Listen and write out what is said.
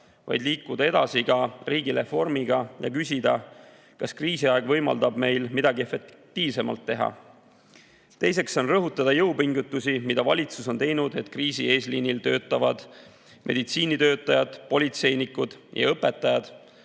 vaid liikuda edasi ka riigireformiga ja küsida, kas kriisiaeg võimaldab meil midagi efektiivsemalt teha. Teiseks tahan rõhutada jõupingutusi, mida valitsus on teinud, et kriisi eesliinil töötavad meditsiinitöötajad, politseinikud ja õpetajad,